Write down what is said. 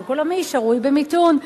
השוק העולמי שרוי במיתון.